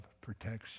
protection